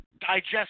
digest